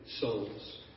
souls